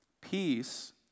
Peace